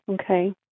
Okay